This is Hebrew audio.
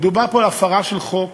מדובר פה על הפרה של חוק